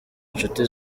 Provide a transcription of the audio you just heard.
inshuti